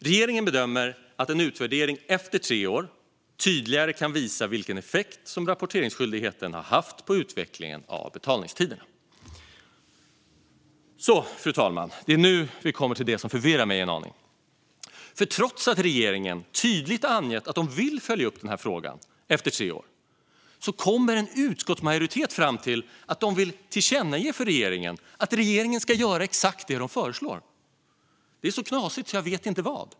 Regeringen bedömer att en utvärdering efter tre år tydligare kan visa vilken effekt rapporteringsskyldigheten har haft på utvecklingen av betalningstiderna. Fru talman! Det är nu vi kommer till det som förvirrar mig en aning, för trots att regeringen tydligt angett att de vill följa upp frågan efter tre år kommer en utskottsmajoritet fram till att de vill tillkännage för regeringen att regeringen ska göra exakt det regeringen föreslår. Det är så knasigt så jag vet inte vad!